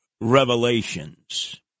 revelations